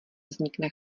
vznikne